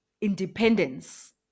independence